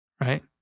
right